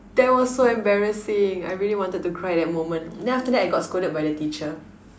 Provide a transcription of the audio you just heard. that was so embarrassing I really wanted to cry that moment then after that I got scolded by the teacher